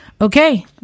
Okay